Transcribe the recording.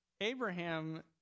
Abraham